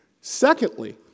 Secondly